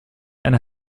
eine